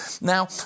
now